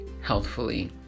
healthfully